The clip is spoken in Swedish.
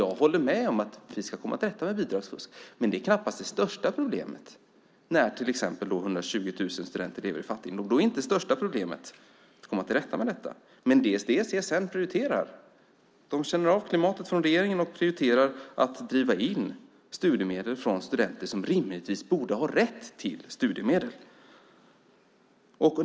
Jag håller med om att vi ska komma till rätta med bidragsfusket, men det är knappast det största problemet när till exempel 120 000 studenter lever i fattigdom. Men det är vad CSN nu prioriterar. De känner av klimatet från regeringen och prioriterar att driva in studiemedel från studenter som rimligtvis borde ha rätt till studiemedel.